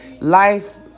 life